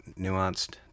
nuanced